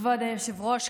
כבוד היושב-ראש,